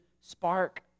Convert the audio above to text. spark